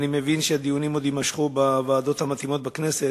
והדיונים עוד יימשכו בוועדות המתאימות בכנסת.